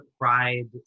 pride